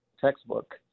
textbook